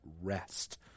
rest